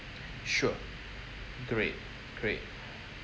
sure great great